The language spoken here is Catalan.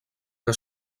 que